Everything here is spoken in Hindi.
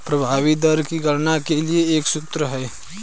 प्रभावी दर की गणना के लिए एक सूत्र है